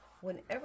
whenever